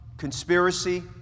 conspiracy